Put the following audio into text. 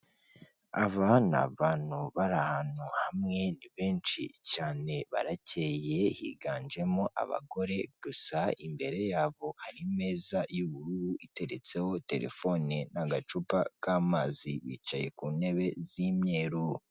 Abana ni abantu bari ahantu hamwe, ni benshi cyane, barakeye, higanjemo abagore gusa, imbere yabo hari imeza y'ubururu, iteretseho telefone n'agacupa k'amazi, bicaye ku ntebe z'imyeru.